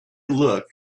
looked